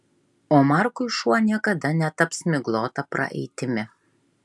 o markui šuo niekada netaps miglota praeitimi